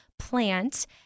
plant